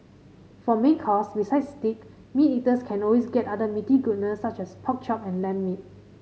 for main course besides steak meat eaters can always get other meaty goodness such as pork chop and lamb meat